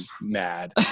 mad